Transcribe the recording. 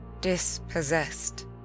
dispossessed